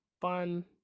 fun